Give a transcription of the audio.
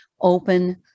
open